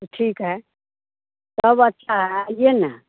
तो ठीक है सब अच्छा है आइए न